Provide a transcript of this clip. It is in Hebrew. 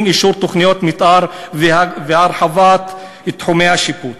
אישור תוכניות מתאר והרחבת תחומי השיפוט,